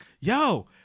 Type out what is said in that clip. Yo